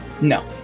No